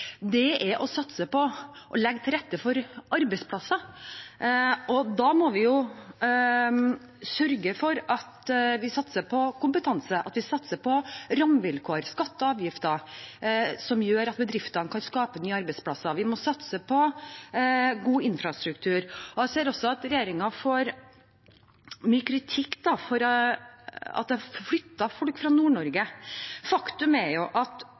Det vi ser er viktigst, er å satse på og legge til rette for arbeidsplasser. Da må vi sørge for at vi satser på kompetanse, at vi satser på rammevilkår, skatter og avgifter som gjør at bedriftene kan skape nye arbeidsplasser. Vi må satse på god infrastruktur. Jeg ser også at regjeringen får mye kritikk for at det har flyttet folk fra Nord-Norge. Faktum er at hovedforklaringen på at